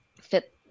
fit